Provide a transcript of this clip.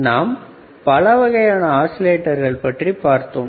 நாம் பலவகையான ஆஸிலேட்டர்களைப் பற்றி பார்த்தோம்